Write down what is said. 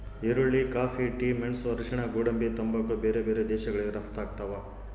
ಈರುಳ್ಳಿ coffee tea ಮೆಣಸು ಅರಿಶಿಣ ಗೋಡಂಬಿ ತಂಬಾಕು ಬೇರೆ ಬೇರೆ ದೇಶಗಳಿಗೆ ರಪ್ತಾಗ್ತಾವ